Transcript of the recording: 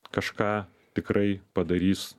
kažką tikrai padarys